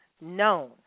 known